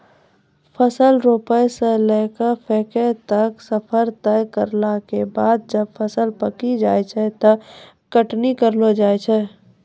फसल रोपै स लैकॅ पकै तक के सफर तय करला के बाद जब फसल पकी जाय छै तब कटनी करलो जाय छै